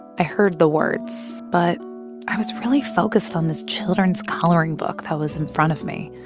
i heard the words, but i was really focused on this children's coloring book that was in front of me.